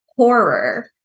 horror